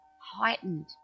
heightened